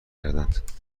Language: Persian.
کردند